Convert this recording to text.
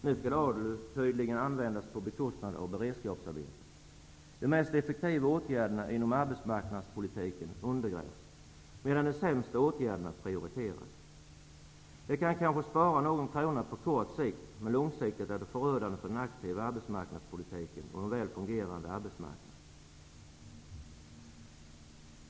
Nu skall ALU tydligen användas på bekostnad av beredskapsarbeten. De mest effektiva åtgärderna inom arbetsmarknadspolitiken undergrävs, medan de sämsta åtgärderna prioriteras. Det kan kanske spara någon krona på kort sikt, men långsiktigt är det förödande för den aktiva arbetsmarknadspolitiken och en väl fungerande arbetsmarknad.